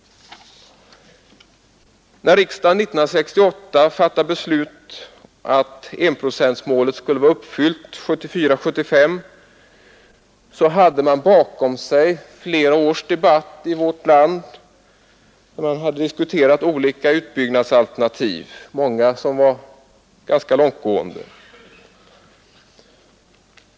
När riksdagen 1968 fattade beslut om att enprocentsmålet skulle vara uppfyllt 1974/75, så hade man bakom sig flera års debatt om olika utbyggnadsalternativ, många ganska långtgående.